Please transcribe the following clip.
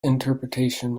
interpretation